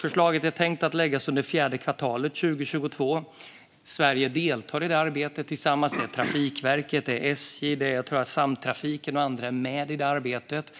Förslaget är tänkt att läggas fram under fjärde kvartalet 2022. Från Sverige deltar Trafikverket, SJ, Samtrafiken och andra i arbetet.